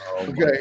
okay